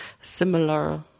similar